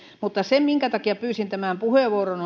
mutta se minkä takia pyysin tämän puheenvuoron